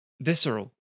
visceral